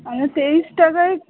মানে তেইশ টাকাই